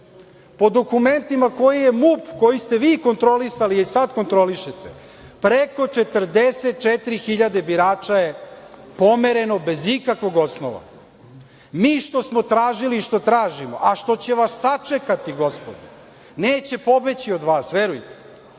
po dokumentima koje je MUP, koje ste vi kontrolisali, koji i sad kontrolišete, preko 44 hiljade birača je pomereno bez ikakvog osnova. Mi što smo tražili i što tražimo, a što će vas sačekati, gospodo, neće pobeći od vas, verujte.